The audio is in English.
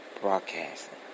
broadcasting